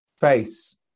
face